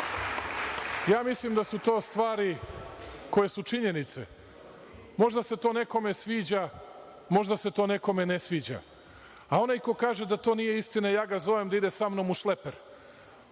profila. Mislim da su to stvari koje su činjenice. Možda se to nekome sviđa, možda se to nekome ne sviđa, a onaj koji kaže da to nije istina, ja ga zovem da ide samnom u šleper,